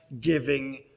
giving